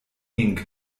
inc